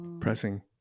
pressing